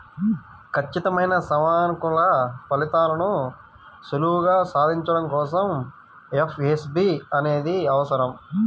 ఖచ్చితమైన సమయానుకూల ఫలితాలను సులువుగా సాధించడం కోసం ఎఫ్ఏఎస్బి అనేది అవసరం